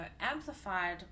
amplified